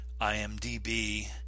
IMDb